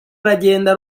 aragenda